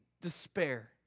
despair